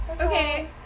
Okay